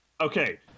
Okay